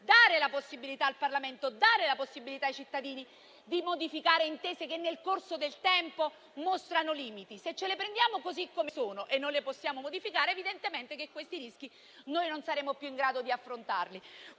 dare la possibilità, al Parlamento e ai cittadini, di modificare le intese che nel corso del tempo mostrano dei limiti. Se ce le prendiamo così come sono e non le possiamo modificare, è evidente che questi rischi non saremo più in grado di affrontarli.